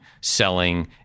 selling